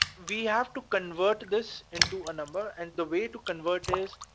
we have to convert this into a number and the way to convert this,